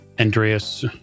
Andreas